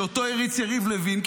שאותו הריץ יריב לוין,